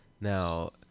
Now